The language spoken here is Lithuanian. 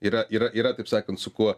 yra yra yra taip sakant su kuo